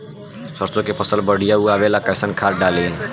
सरसों के फसल बढ़िया उगावे ला कैसन खाद डाली?